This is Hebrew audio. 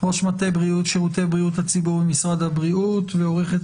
ראש מטה בריאות שרותי בריאות הציבור משרד הבריאות ועורכת